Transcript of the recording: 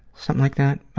something like that.